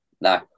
no